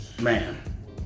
Man